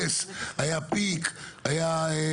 נגיד שהיה עומס, היה פיק, היו חגים.